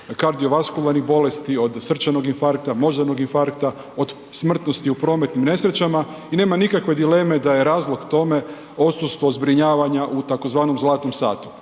kardiovaskularni bolesti, od srčanog infarkta, moždanog infarkta, od smrtnosti u prometnim nesrećama i nema nikakve dileme da je razlog tome odsustvo zbrinjavanja u tzv. zlatnom satu.